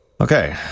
Okay